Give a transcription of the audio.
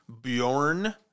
Bjorn